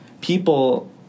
people